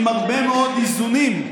עם הרבה מאוד איזונים,